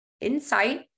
insight